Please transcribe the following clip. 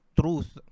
truth